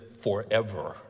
forever